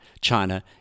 China